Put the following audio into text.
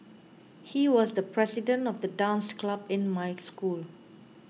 he was the president of the dance club in my school